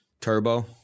Turbo